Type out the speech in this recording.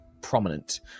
prominent